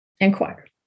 inquire